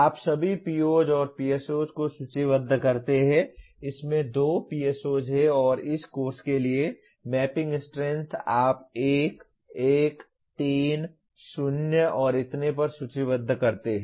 आप सभी POs और PSOs को सूचीबद्ध करते हैं इसमें 2 PSOs हैं और इस कोर्स के लिए मैपिंग स्ट्रेंथ आप 1 1 3 0 और इतने पर सूचीबद्ध करते हैं